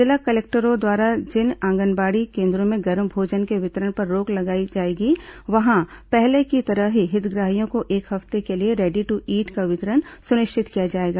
जिला कलेक्टरों द्वारा जिन आंगनबाड़ी केन्द्रों में गर्म भोजन के वितरण पर रोक लगाई जाएगी वहां पहले की तरह ही हितग्राहियों को एक हफ्ते के लिए रेडी दू ईट का वितरण सुनिश्चित किया जाएगा